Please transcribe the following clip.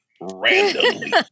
randomly